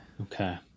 Okay